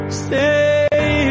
stay